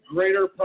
Greater